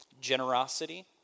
generosity